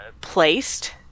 placed